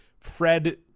Fred